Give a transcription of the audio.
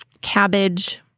cabbage